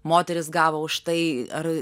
moteris gavo už tai ar